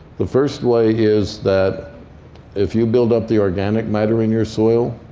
the first way is that if you build up the organic matter in your soil,